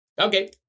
Okay